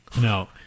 No